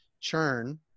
churn